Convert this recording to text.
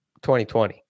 2020